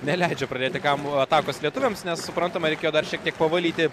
neleidžia pradėti kam buvo atakos lietuviams nes suprantama reikėjo dar šiek tiek pavalyti